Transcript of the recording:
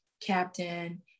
captain